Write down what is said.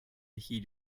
heed